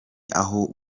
aho